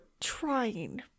trying